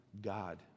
God